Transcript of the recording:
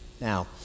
Now